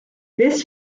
this